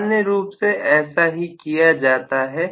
सामान्य रूप से ऐसा ही किया जाता है